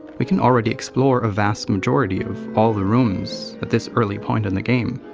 we can already explore a vast majority of all the rooms at this early point in the game.